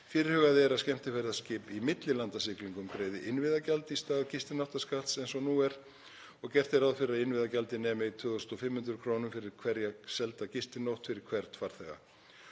Fyrirhugað er að skemmtiferðaskip í millilandasiglingum greiði innviðagjald í stað gistináttaskatts eins og nú er og gert er ráð fyrir að innviðagjaldið nemi 2.500 kr. fyrir hverja selda gistinótt fyrir hvern farþega.